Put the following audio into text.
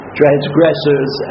transgressors